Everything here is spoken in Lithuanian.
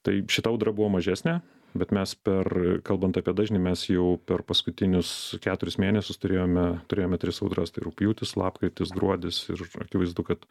tai šita audra buvo mažesnė bet mes per kalbant apie dažnį mes jau per paskutinius keturis mėnesius turėjome turėjome tris audras tai rugpjūtis lapkritis gruodis ir akivaizdu kad